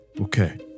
Okay